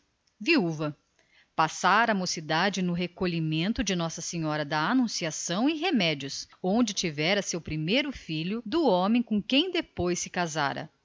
viúva passara a mocidade no recolhimento de nossa senhora da anunciação e remédios onde concebera o seu primeiro filho do homem com quem depois veio a casar